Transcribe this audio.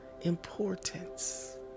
importance